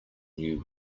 new